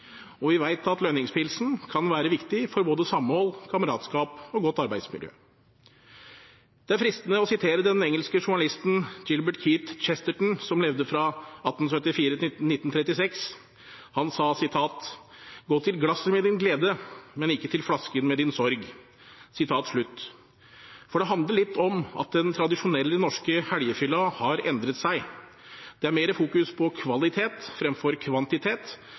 og vi vet at lønningspilsen kan være viktig for både samhold, kameratskap og godt arbeidsmiljø. Det er fristende å sitere den engelske journalisten Gilbert Keith Chesterton, som levde fra 1874 til 1936. Han sa: Gå til glasset med din glede, men ikke til flasken med din sorg. For det handler litt om at den tradisjonelle norske helgefylla har endret seg. Det er mer fokus på kvalitet framfor kvantitet,